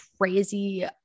crazy